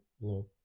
no